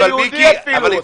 לבית היהודי אפילו.